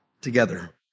together